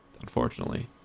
unfortunately